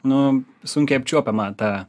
nu sunkiai apčiuopiama ta